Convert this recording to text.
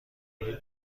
بلیط